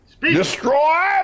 Destroy